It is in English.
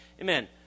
Amen